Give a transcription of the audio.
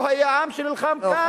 לא היה עם שנלחם כאן?